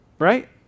right